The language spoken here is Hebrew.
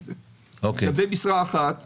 לגבי משרה אחת שציינת,